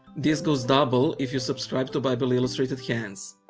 this goes double if you subscribe to bible illustrated hands,